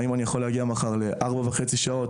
האם אני יכול להגיד מחר ל-4.5 שעות,